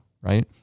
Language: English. right